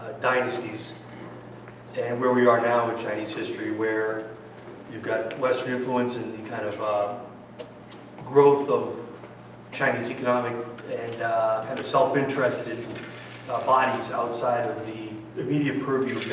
dynasties and where we are now with chinese history where you've got western influence and the kind of ah growth of china's economic and self-interested bodies outside of the immediate purview